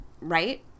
right